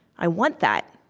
i want that.